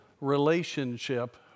relationship